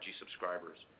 subscribers